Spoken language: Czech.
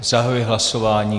Zahajuji hlasování.